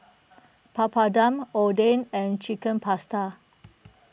Papadum Oden and Chicken Pasta